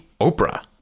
Oprah